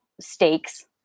stakes